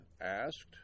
asked